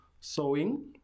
sewing